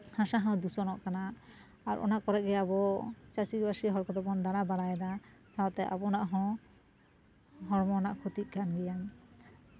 ᱦᱟᱥᱟ ᱦᱚᱸ ᱫᱷᱩᱥᱟᱹᱣ ᱚᱜ ᱠᱟᱱᱟ ᱟᱨ ᱚᱱᱟ ᱠᱚᱨᱮᱫ ᱜᱮ ᱟᱵᱚ ᱪᱟᱹᱥᱤᱼᱵᱟᱹᱥᱤ ᱦᱚᱲ ᱠᱚᱫᱚ ᱵᱚᱱ ᱫᱟᱬᱟ ᱵᱟᱲᱟᱭᱮᱫᱟ ᱥᱟᱶᱛᱮ ᱟᱵᱚᱱᱟᱜ ᱦᱚᱸ ᱦᱚᱲᱢᱚ ᱨᱮᱱᱟᱜ ᱠᱷᱚᱛᱤᱜ ᱠᱟᱱ ᱜᱮᱭᱟ